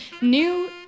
new